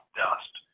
dust